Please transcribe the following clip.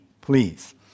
please